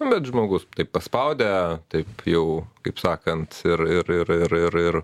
nu bet žmogus taip paspaudė taip jau kaip sakant ir ir ir ir ir ir